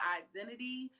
identity